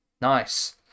nice